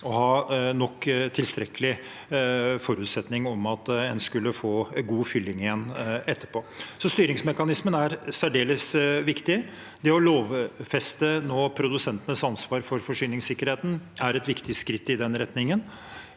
grad å ha som forutsetning at en skulle få god fylling igjen etterpå. Så styringsmekanismen er særdeles viktig. Å lovfeste produsentenes ansvar for forsyningssikkerheten er et viktig skritt i den retningen.